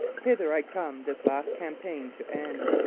hither i come this last campaign to end!